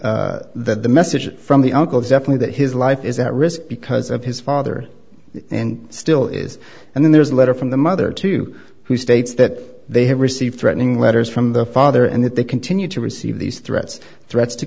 that the message from the uncle is definitely that his life is at risk because of his father and still is and then there's a letter from the mother to who states that they have received threatening letters from their father and that they continue to receive these threats threats to